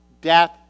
death